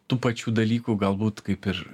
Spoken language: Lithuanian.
tų pačių dalykų galbūt kaip ir